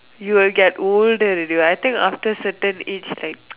you will get older already what I think after certain age like